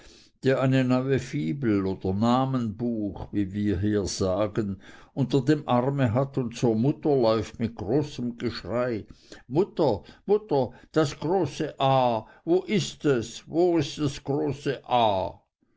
der eine neue fibel oder namenbuch wie wir hier sagen unter dem arme hat und zur mutter läuft mit großem geschrei mutter mutter das große a wo ist es wo das große a